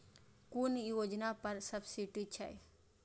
कुन योजना पर सब्सिडी छै?